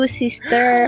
sister